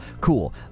cool